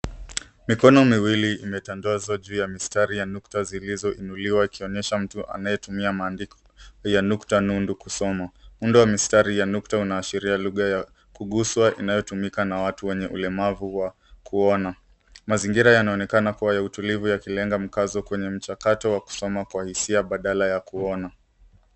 Mikono miwili imetandaswa juu ya mistari ya nukta zilizo inuliwa ikionyesha mtu anayetumia maandiko ya nukta nundu kusoma, muundo ya mistari ya nukta unaashiria lugha ya kukuswa unaotumika na watu wenye ulemafu wa Kuona, mazingira yanaonekana kuwa ya utulifu yakilenga mkaso kwenye mjakato wa kusoma Kwa hisia badala ya kuona.